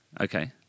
Okay